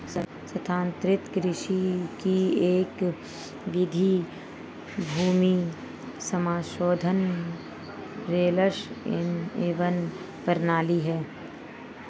स्थानांतरित कृषि की एक विधि भूमि समाशोधन स्लैश एंड बर्न प्रणाली है